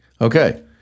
Okay